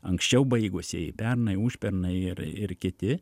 anksčiau baigusieji pernai užpernai ir ir kiti